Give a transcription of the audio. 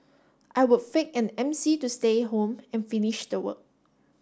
I would fake an MC to stay home and finish the work